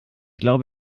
glaube